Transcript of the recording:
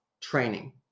training